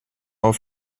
auf